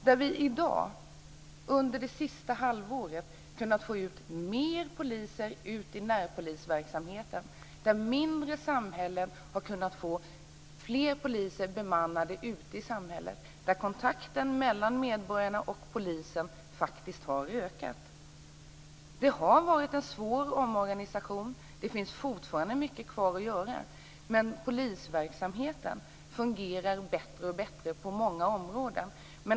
Där har vi under det senaste halvåret kunnat få ut mer poliser i närpolisverksamheten, mindre samhällen har kunnat få fler poliser ute i samhället och kontakten mellan medborgarna och polisen har faktiskt ökat. Det har varit en svår omorganisation, och det finns fortfarande mycket kvar att göra. Men polisverksamheten fungerar bättre och bättre på många områden.